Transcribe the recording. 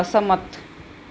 અસંમત